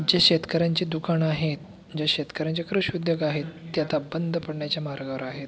जे शेतकऱ्यांचे दुकानं आहे जे शेतकऱ्यांचे कृषी उद्योग आहे ते आता बंद पडण्याच्या मार्गावर आहेत